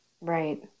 Right